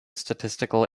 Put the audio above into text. statistical